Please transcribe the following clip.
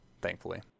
thankfully